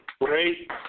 Great